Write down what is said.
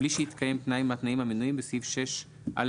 בלי שהתקיים תנאי מהתנאים המנויים בסעיף 6(א)(1)